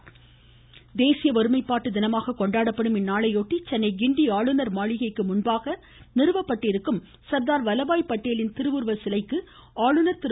படேல் ஆளுநர் தேசிய ஒருமைப்பாட்டு தினமாக கொண்டாடப்படும் இந்நாளையொட்டி சென்னை கிண்டி ஆளுநர் மாளிகைக்கு முன்பாக நிறுவப்பட்டுள்ள சர்தார் வல்லபாய் பட்டேலின் திருவுருவ சிலைக்கு ஆளுநர் திரு